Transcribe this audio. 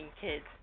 kids